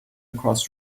across